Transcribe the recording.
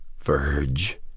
Verge